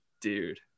dude